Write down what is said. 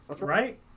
Right